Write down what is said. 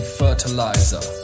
fertilizer